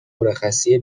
مرخصی